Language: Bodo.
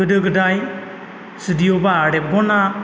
गोदो गोदाय जुदिअ' बा रेबगना